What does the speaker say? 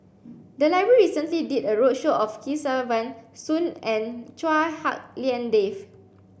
the library recently did a roadshow of Kesavan Soon and Chua Hak Lien Dave